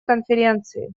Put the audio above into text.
конференции